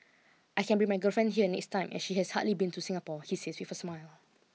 I can bring my girlfriend here next time as she has hardly been to Singapore he says with a smile